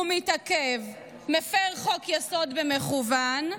הוא מתעכב, מפר חוק-יסוד במכוון,